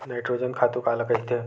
Nitrogen खातु काला कहिथे?